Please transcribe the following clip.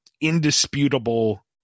indisputable